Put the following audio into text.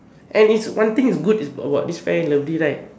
and it's one thing is good is about what this fan lovely right